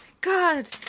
God